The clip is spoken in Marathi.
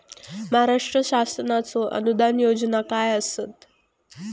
महाराष्ट्र शासनाचो अनुदान योजना काय आसत?